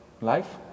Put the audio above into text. life